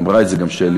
אמרה את זה גם שלי,